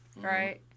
Right